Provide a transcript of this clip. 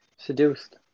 Seduced